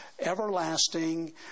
everlasting